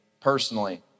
personally